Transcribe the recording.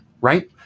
Right